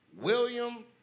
William